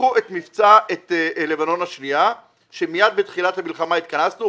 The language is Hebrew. קחו את לבנון השנייה כאשר מיד בתחילת המלחמה התכנסנו,